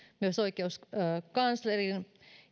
myös oikeuskanslerin ja